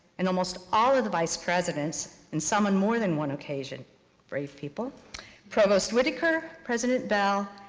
and almost all of the vice presidents, and some in more than one occasion brave people provost whitaker, president bell.